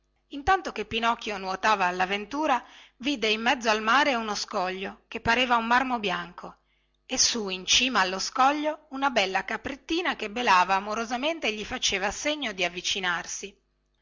intanto che pinocchio nuotava alla ventura vide in mezzo al mare uno scoglio che pareva di marmo bianco e su in cima allo scoglio una bella caprettina che belava amorosamente e gli faceva segno di avvicinarsi